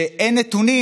כשאין נתונים,